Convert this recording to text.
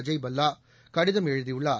அஜய் பல்லா கடிதம் எழுதியுள்ளார்